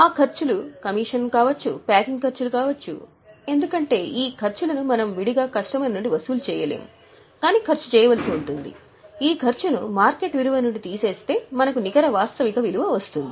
ఆ ఖర్చులు కమీషన్ కావచ్చు ప్యాకింగ్ ఖర్చులు కావచ్చు ఎందుకంటే ఈ ఖర్చులను మనం విడిగా కస్టమర్ నుండి వసూలు చేయలేము కాని ఖర్చు చేయవలసి ఉంటుంది ఈ ఖర్చును మార్కెట్ విలువ నుండి తీసేస్తే మనకు నికర వాస్తవిక విలువ వస్తుంది